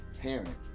parent